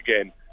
again